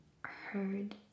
heard